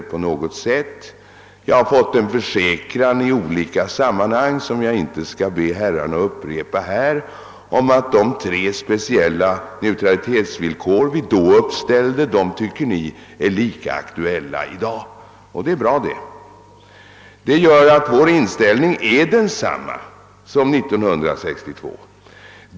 Jag har i olika sammanhang fått en försäkran, som jag emellertid inte nu skall be herrarna att upprepa, om att de tre speciella neutralitetsvillkor vi då uppställde är lika aktuella för er i dag. Det är bra. Det gör att vår inställning är densamma nu som 1962.